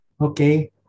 okay